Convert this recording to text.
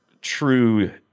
true